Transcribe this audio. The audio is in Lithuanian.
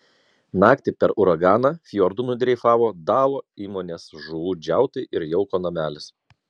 naktį per uraganą fjordu nudreifavo dalo įmonės žuvų džiautai ir jauko namelis